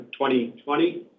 2020